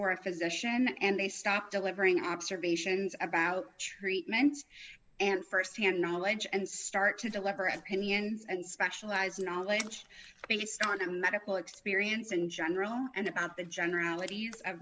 or a physician and they stop delivering observations about treatments and st hand knowledge and start to deliver opinions and specialized knowledge based on a medical experience in general and about the generalit